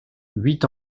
huit